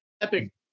epic